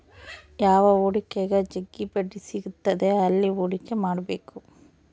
ಯಾವ ಹೂಡಿಕೆಗ ಜಗ್ಗಿ ಬಡ್ಡಿ ಸಿಗುತ್ತದೆ ಅಲ್ಲಿ ಹೂಡಿಕೆ ಮಾಡ್ಬೇಕು